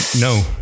No